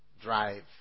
drive